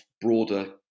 broader